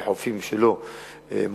בחופים שלא מוגדרים.